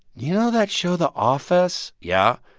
you know that show the office? yeah.